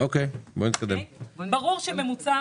ברור שממוצע